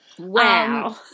Wow